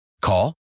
call